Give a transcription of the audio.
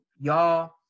y'all